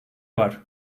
var